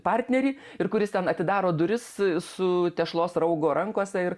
partnerį ir kuris ten atidaro duris su tešlos raugu rankose ir